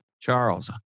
Charles